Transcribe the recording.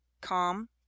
calm